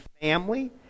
family